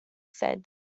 said